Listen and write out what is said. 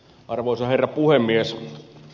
arvoisa herra puhemies